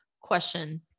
Question